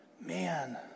man